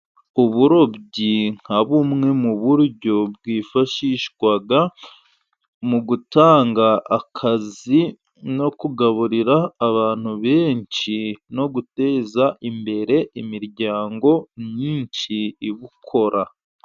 Uburobyi nka bumwe mu buryo bwifashishwa mu gutanga akazi, no kugaburira abantu benshi no guteza imbere imiryango myinshi ibukora.